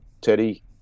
Teddy